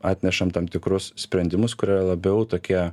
atnešam tam tikrus sprendimus kurie yra labiau tokie